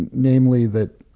namely that